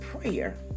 prayer